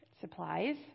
Supplies